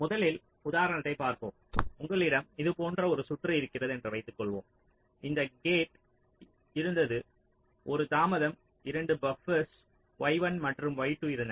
முதலில் உதாரணத்தைப் பார்ப்போம் உங்களிடம் இது போன்ற ஒரு சுற்று இருக்கிறது என்று வைத்துக்கொள்வோம் இங்கு கேட் இருந்தது 1 தாமதம் 2 பப்பர்ஸ் y1 மற்றும் y2 இருந்தன